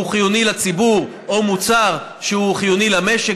חיוני לציבור או מוצר שהוא חיוני למשק,